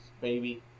baby